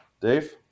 Dave